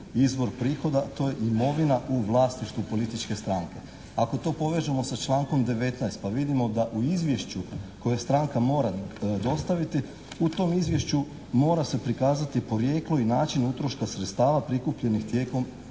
izvor prihoda, to je imovina u vlasništvu političke stranke. Ako to povežemo sa člankom 19. pa vidimo da u izvješću koje stranka mora dostaviti u tom izvješću mora se prikazati porijeklo i način utroška sredstava prikupljenih tijekom